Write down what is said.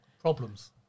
Problems